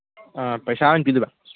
ꯑꯥ ꯄꯩꯁꯥ ꯍꯥꯟꯅ ꯄꯤꯗꯣꯏꯕ